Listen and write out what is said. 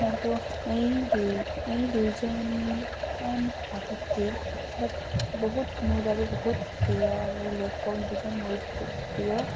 হয়তো এই দুয়োজন সাহিত্যিক বা বহুত মোৰ বাবে বহুত প্ৰিয় এই লেখক দুজন মোৰ বহুত প্ৰিয়